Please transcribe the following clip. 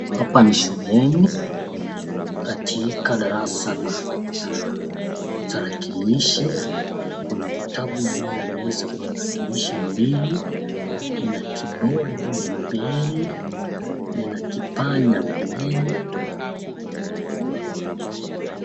Hapa ni shuleni, katika darasa la tarakilishi, kuna vitabu juu ya meza kuna tarakilishi mbili, ina kibodi mbili, ina kipanya mbili.